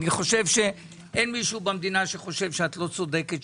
אני חושב שאין מישהו במדינה שחושב שאת לא צודקת,